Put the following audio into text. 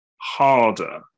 harder